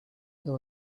there